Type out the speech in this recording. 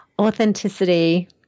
Authenticity